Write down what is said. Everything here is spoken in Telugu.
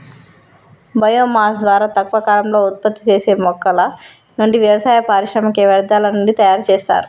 బయో మాస్ ద్వారా తక్కువ కాలంలో ఉత్పత్తి చేసే మొక్కల నుండి, వ్యవసాయ, పారిశ్రామిక వ్యర్థాల నుండి తయరు చేస్తారు